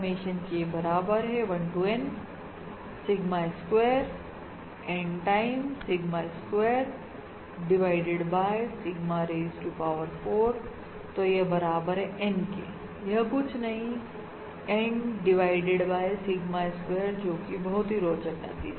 summation K बराबर है 1 to N sigma square N time sigma square divided by sigma raise to power 4 तो यह बराबर है N के यह कुछ नहीं N divided by sigma square जोकि बहुत रोचक नतीजा है